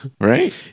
right